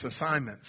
assignments